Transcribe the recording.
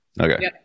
Okay